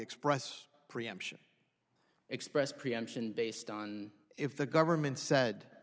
express preemption express preemption based on if the government said